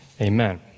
amen